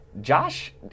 Josh